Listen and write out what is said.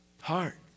heart